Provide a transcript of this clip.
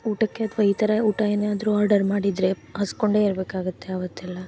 ಊಟಕ್ಕೆ ಅಥವಾ ಈ ಥರ ಊಟ ಏನಾದರೂ ಆರ್ಡರ್ ಮಾಡಿದರೆ ಹಸ್ಕೊಂಡೇ ಇರಬೇಕಾಗತ್ತೆ ಆವತ್ತೆಲ್ಲ